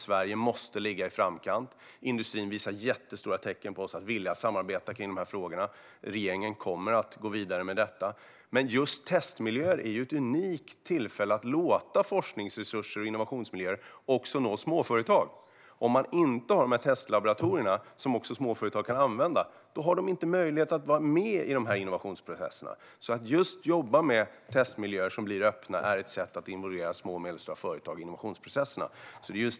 Sverige måste ligga i framkant. Industrin visar tydliga tecken på att vilja samarbeta med oss i de här frågorna. Regeringen kommer att gå vidare med detta. Men just testmiljöer är ett unikt tillfälle att låta forskningsresurser och innovationsmiljöer också nå småföretag. Om man inte har dessa testlaboratorier, som också småföretag kan använda, har de inte möjlighet att vara med i innovationsprocesserna. Att just jobba med testmiljöer som blir öppna är ett sätt att involvera små och medelstora företag i innovationsprocesserna.